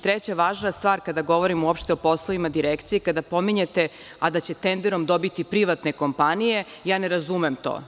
Treća važna stvar kada govorimo uopšte o poslovima Direkcije, kada pominjete, a da će tenderom dobiti privatne kompanije, ja ne razumem to.